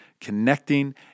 connecting